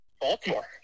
Baltimore